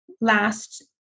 last